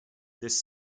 this